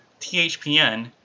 THPN